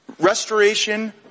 Restoration